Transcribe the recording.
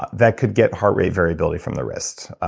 but that could get heart rate variability from the wrist,